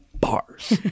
bars